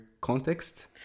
context